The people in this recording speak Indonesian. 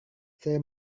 saya